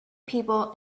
people